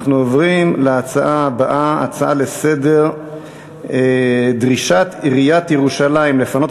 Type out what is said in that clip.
אנחנו עוברים לנושא הבא: דרישת עיריית ירושלים לפנות